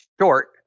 short